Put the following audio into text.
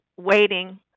waiting